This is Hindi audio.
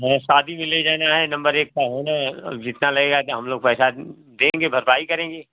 हाँ पार्टी में ले जाने आये हैं नंबर एक का होना जितना लगेगा हमलोग पैसा देंगे भरपाई करेंगे